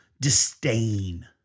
disdain